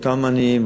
באותם עניים,